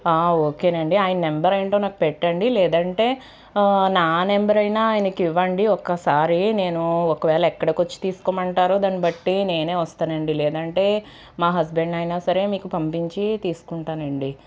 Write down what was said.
ఓకేనండి ఆయన నెంబరేంటో నాకు పెట్టండి లేదంటే నా నెంబరైనా ఆయనకివ్వండి ఒక్కసారి నేను ఒకవేళ ఎక్కడకొచ్చి తీసుకోమంటారో దాన్నిబట్టి నేనే వస్తనండి లేదంటే మా హస్బెండ్నయినా సరే మీకు పంపించి తీసుకుంటానండి